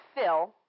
fill